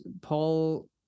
Paul